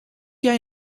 jij